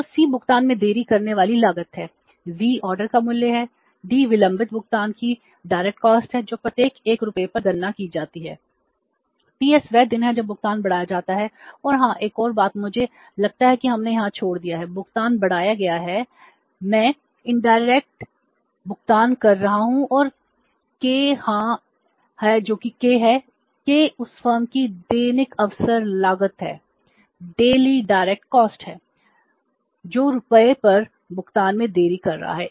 तो सी भुगतान में देरी करने वाली लागत है वी ऑर्डर का मूल्य है डी विलंबित भुगतान की प्रत्यक्ष लागत है जो प्रत्येक 1 रुपये पर गणना की जाती है Ts वह दिन है जब भुगतान बढ़ाया जाता है और हाँ एक और बात मुझे लगता है हमने यहां छोड़ दिया है भुगतान बढ़ाया गया है मैं अप्रत्यक्ष भुगतान कर रहा हूं और k हाँ है जो कि k है k उस फर्म की दैनिक अवसर लागत है जो रुपये पर भुगतान में देरी कर रहा है